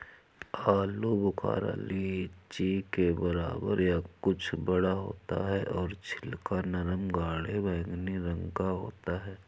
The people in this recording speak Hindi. आलू बुखारा लीची के बराबर या कुछ बड़ा होता है और छिलका नरम गाढ़े बैंगनी रंग का होता है